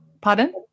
pardon